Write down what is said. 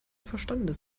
verstandes